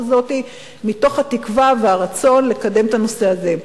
מתוך תקווה ורצון לקדם את הנושא הזה.